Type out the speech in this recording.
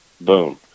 Boom